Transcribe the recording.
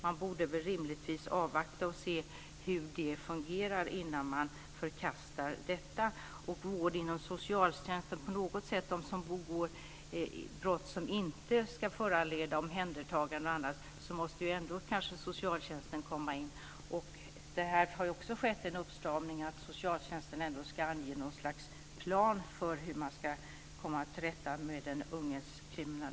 Man borde väl rimligtvis avvakta och se hur den fungerar innan man förkastar den. För dem som begår brott som inte föranleder omhändertagande måste ändå socialtjänsten komma in. Här har också skett en uppstramning, nämligen att socialtjänsten ska ange något slags plan för hur den unges kriminalitet ska komma till rätta.